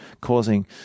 causing